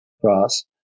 cross